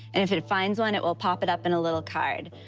and if it finds one, it will pop it up in a little card.